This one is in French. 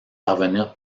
parvenir